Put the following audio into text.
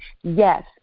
yes